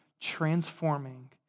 transforming